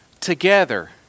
together